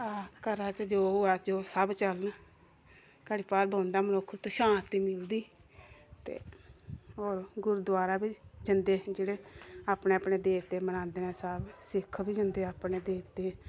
घरा च जो होऐ सब चलन घड़ी भार बौंह्दा मनुक्ख उत्थें शांति मिलदी ते होर गुरुद्वारा बी जंदे जेह्ड़े अपने अपने देवते गी मनांदे ना सब सिक्ख बी जंदे अपने देवते